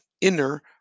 inner